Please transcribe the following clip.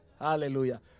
Hallelujah